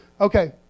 Okay